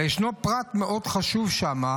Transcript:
אבל ישנו פרט מאוד חשוב שם,